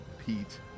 Pete